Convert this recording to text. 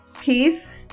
peace